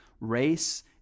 Race